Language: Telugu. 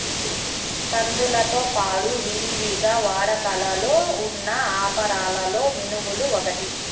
కందులతో పాడు విరివిగా వాడుకలో ఉన్న అపరాలలో మినుములు ఒకటి